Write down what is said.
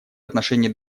отношении